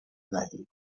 دهید